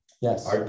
Yes